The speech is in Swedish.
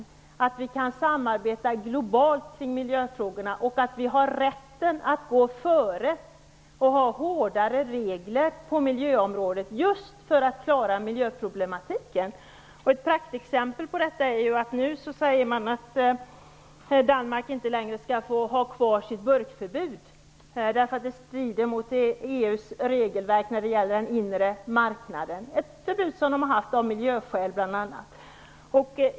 Det är viktigt att vi kan samarbeta globalt kring miljöfrågorna och att vi har rätt att gå före och ha hårdare regler på miljöområdet just för att klara miljöproblematiken. Ett praktexempel är att man nu säger att Danmark inte längre skall få ha sitt burkförbud därför att det strider mot EU:s regelverk om den inre marknaden. Det är ett förbud som Danmark har haft av bl.a. miljöskäl.